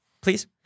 Please